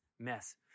Mess